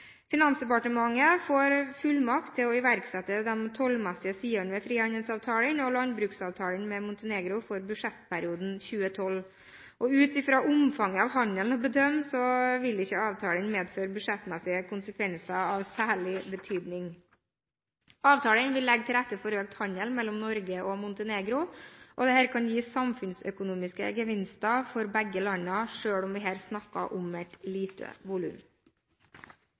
Finansdepartementet får fullmakt til å iverksette de tollmessige sidene ved frihandelsavtalen og landbruksavtalen med Montenegro for budsjettperioden 2012, og ut fra omfanget av handelen å dømme vil ikke avtalen få budsjettmessige konsekvenser av særlig betydning. Avtalene vil legge til rette for økt handel mellom Norge og Montenegro, og dette kan gi samfunnsøkonomiske gevinster for begge landene, selv om vi her snakker om et lite volum.